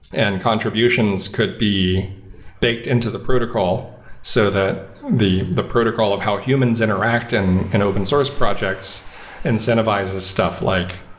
and contributions could be baked into the protocol so that the the protocol of how humans interact in and open source projects incentivizes stuff, like